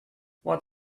what